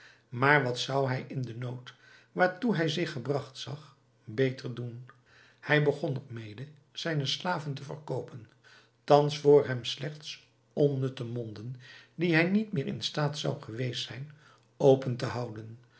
maar wat zou hij in den nood waartoe hij zich gebragt zag beter doen hij begon er mede zijne slaven te verkoopen thans voor hem slechts onnutte monden die hij niet meer in staat zou geweest zijn open te houden